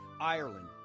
Ireland